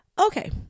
Okay